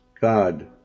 god